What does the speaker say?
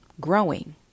growing